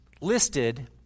listed